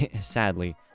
sadly